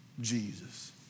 Jesus